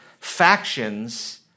factions